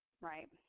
right